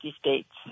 states